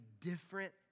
different